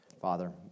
Father